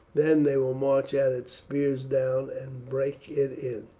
then they will march at it, spears down, and break it in.